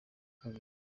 kabiri